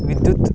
ವಿದ್ಯುತ್